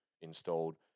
installed